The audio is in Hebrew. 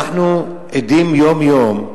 אנחנו עדים יום-יום,